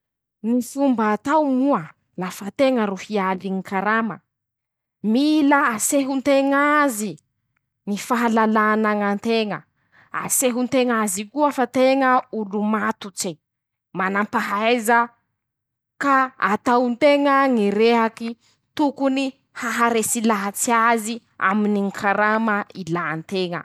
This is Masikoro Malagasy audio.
Ñy fomba atao moa, lafa teña ro hialy ñy karama: -Mila haseho nteñ'azy ñy fahalala anañan-teña, aseho nteñ'azy koa fa teña olo matotse, manampahaeza ka ataon-teña ñy rehaky tokony aharesy lahatsy azy aminy ñy karama ilà nteñ.